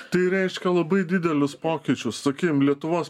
tai reiškia labai didelius pokyčius sakykim lietuvos